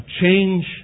change